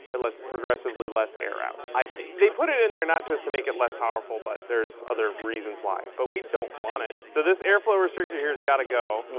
it lets progressively less air out. brian i see. they put it it in there not just to make it less powerful but there's other reasons why. but we don't want it. so this air flow restrictor here's got to go.